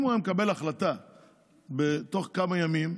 אם הוא היה מקבל החלטה בתוך כמה ימים,